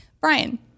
Brian